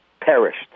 perished